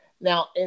now